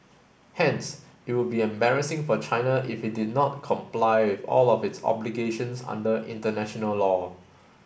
hence it would be embarrassing for China if it did not comply with all of its obligations under international law